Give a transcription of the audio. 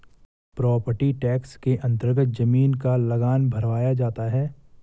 property tax के अन्तर्गत जमीन का लगान भरवाया जाता है